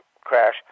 crash